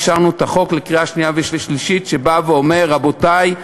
אישרנו לקריאה שנייה ושלישית את החוק שבא ואומר: רבותי,